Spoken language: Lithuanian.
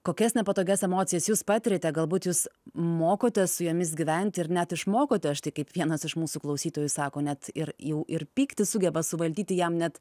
kokias nepatogias emocijas jūs patiriate galbūt jūs mokotės su jomis gyventi ir net išmokote štai kaip vienas iš mūsų klausytojų sako net ir jau ir pyktį sugeba suvaldyti jam net